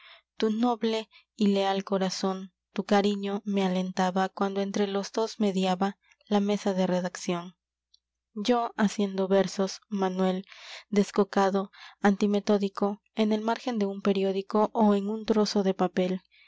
tu noble y tu leal corazón alentaba cariño me cuando entre los dos mediaba la mesa de redacción yo haciendo versos manuel descocado antimetódico en el margen de un periódico ó en un trozo de papel